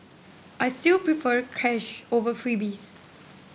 I still prefer cash over freebies